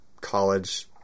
college